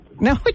No